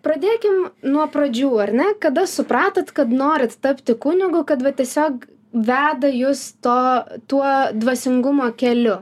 pradėkim nuo pradžių ar ne kada supratot kad norit tapti kunigu kad va tiesiog veda jus to tuo dvasingumo keliu